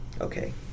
Okay